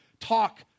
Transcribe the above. talk